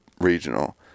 regional